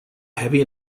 heavy